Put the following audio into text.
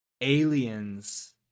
aliens